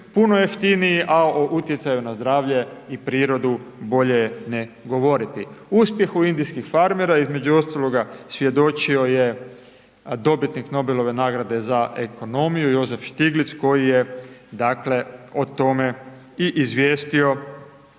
puno jeftiniji a o utjecaju na zdravlje i prirodu bolje ne govoriti. Uspjeh u indijskih farmera, između ostalog, svjedočio je dobitnik Nobelove nagrade za ekonomiju, Josef Stiglic koji je dakle, o tome i izvijestio